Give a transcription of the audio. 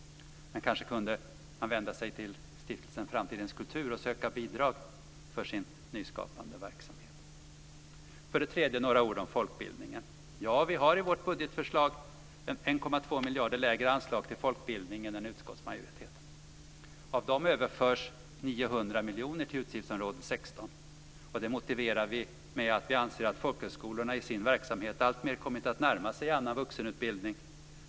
Man kanske kunde vända sig till Stiftelsen Framtidens kultur och söka bidrag för sin nyskapande verksamhet. För det tredje några ord om folkbildningen. Ja, vi har i vårt budgetförslag 1,2 miljarder lägre anslag till folkbildningen än utskottsmajoriteten. Av dem överförs 900 miljoner till utgiftsområde 16. Det motiverar vi med att vi anser att folkhögskolorna i sin verksamhet alltmer kommit att närma sig annan vuxenutbildning.